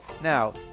Now